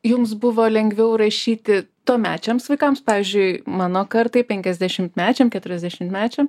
jums buvo lengviau rašyti tuomečiams vaikams pavyzdžiui mano kartai penkiasdešimtmečiam keturiasdešimtmečiam